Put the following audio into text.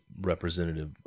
representative